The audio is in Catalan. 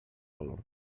valor